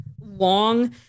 long